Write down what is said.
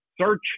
search